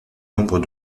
nombre